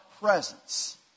presence